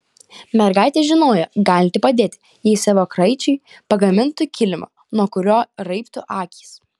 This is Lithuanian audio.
mergaitė žinojo galinti padėti jei savo kraičiui pagamintų kilimą nuo kurio raibtų akys